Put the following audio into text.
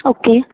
okay